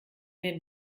den